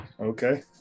Okay